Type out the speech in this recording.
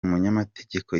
umunyamategeko